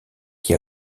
qui